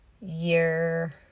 year